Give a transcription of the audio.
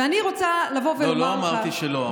ואני רוצה לבוא ולומר לך, לא, לא אמרתי שלא.